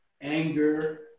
Anger